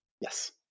yes